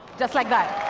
just like that.